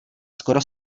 skoro